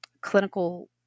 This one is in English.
Clinical